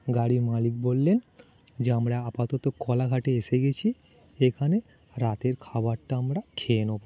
গাড়ির মালিক বললেন যে আমরা আপাতত কোলাঘাটে এসে গেছি এখানে রাতের খাবারটা আমরা খেয়ে নেবো